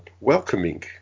welcoming